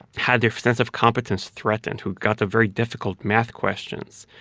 had their sense of competence threatened, who got the very difficult math questions,